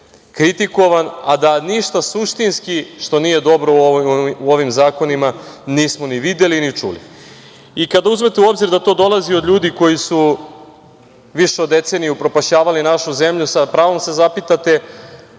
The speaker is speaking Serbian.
kritikovan, a da ništa suštinski što nije dobro u ovim zakonima nismo ni videli ni čuli.I, kada uzmete u obzir da to dolazi od ljudi koji su više od deceniju upropašćavali našu zemlju sa pravom se zapitate